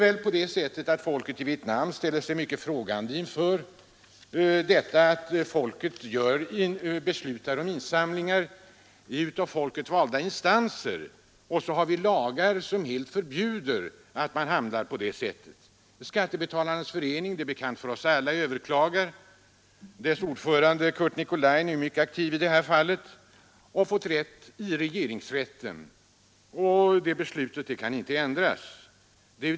Folket i Vietnam ställer sig troligen mycket frågande inför det förhållandet att svenska folket beslutar om insamlingar i av folket valda instanser, som skett i en rad landsting, medan vi har lagar som helt förbjuder att man handlar på det sättet. Det är bekant för oss alla att Skattebetalarnas förening har överklagat dessa beslut. Föreningens ordförande Curt Nicolin är mycket aktiv i detta fall och har fått gehör i regeringsrätten, vars beslut ju inte kan ändras.